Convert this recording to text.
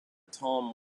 tom